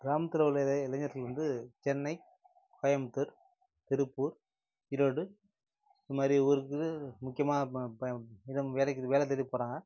கிராமத்தில் உள்ள இது இளைஞர்கள் வந்து சென்னை கோயம்முத்தூர் திருப்பூர் ஈரோடு இந்த மாதிரி ஊருக்கு முக்கியமாக இப்போ இப்போ இடம் வேலைக்கு வேலை தேடி போகிறாங்க